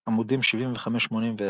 עמודים 75–81